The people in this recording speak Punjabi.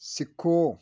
ਸਿੱਖੋ